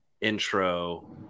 intro